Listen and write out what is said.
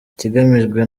ikigamijwe